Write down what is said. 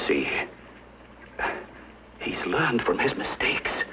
see he's learned from his mistakes